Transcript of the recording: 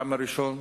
הטעם הראשון,